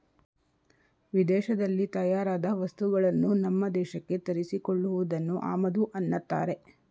ವಿದೇಶದಲ್ಲಿ ತಯಾರಾದ ವಸ್ತುಗಳನ್ನು ನಮ್ಮ ದೇಶಕ್ಕೆ ತರಿಸಿ ಕೊಳ್ಳುವುದನ್ನು ಆಮದು ಅನ್ನತ್ತಾರೆ